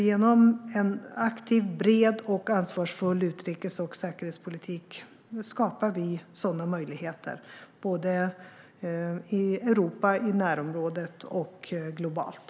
Genom en aktiv, bred och ansvarsfull utrikes och säkerhetspolitik skapar vi sådana möjligheter, såväl i Europa och närområdet som globalt.